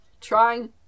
trying